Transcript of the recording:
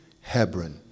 Hebron